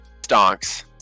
Stonks